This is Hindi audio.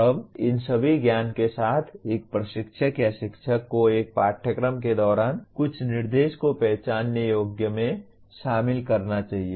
अब इन सभी ज्ञान के साथ एक प्रशिक्षक या शिक्षक को एक पाठ्यक्रम के दौरान कुछ निर्देश को पहचानने योग्य में शामिल करना चाहिए